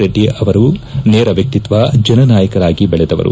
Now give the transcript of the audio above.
ರೆಡ್ಡಿ ಅವರು ನೇರ ವ್ಯಕ್ತಿತ್ವ ಜನನಾಯಕರಾಗಿ ಬೆಳೆದವರು